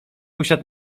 usiadł